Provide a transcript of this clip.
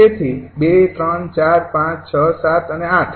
તેથી ૨ ૩ ૪ ૫ ૬ ૭ અને ૮